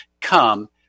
come